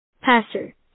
Pastor